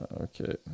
okay